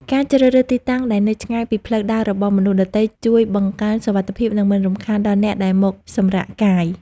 ការជ្រើសរើសទីតាំងដែលនៅឆ្ងាយពីផ្លូវដើររបស់មនុស្សដទៃជួយបង្កើនសុវត្ថិភាព និងមិនរំខានដល់អ្នកដែលមកសម្រាកកាយ។